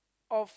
of